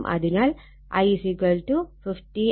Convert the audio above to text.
അതിനാൽ I 50 angle 0° ZT